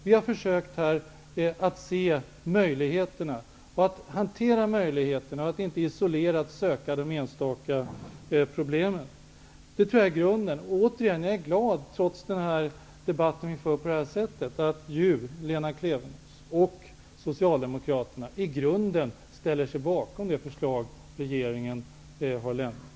Vi har försökt att se och hantera möjligheterna och att inte isolerat söka enstaka problem. Det tror jag är grunden. Jag är glad att Lena Klevenås och Socialdemokraterna i grunden, trots den debatt vi för här, ställer sig bakom det förslag regeringen har lämnat.